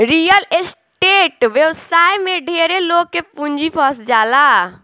real estate व्यवसाय में ढेरे लोग के पूंजी फंस जाला